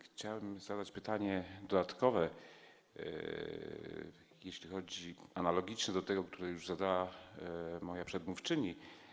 Chciałem zadać pytanie dodatkowe, analogiczne do tego, które już zadała moja przedmówczyni.